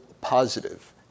positive